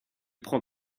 prend